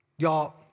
y'all